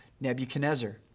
Nebuchadnezzar